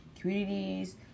communities